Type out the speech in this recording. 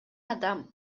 адам